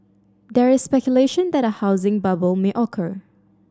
there is speculation that a housing bubble may occur